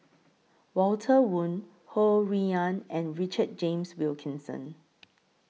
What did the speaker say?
Walter Woon Ho Rui An and Richard James Wilkinson